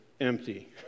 empty